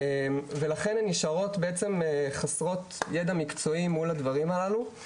ולכן הן נשארות בעצם חסרות ידע מקצועי אל מול הדברים הללו.